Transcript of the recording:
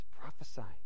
prophesying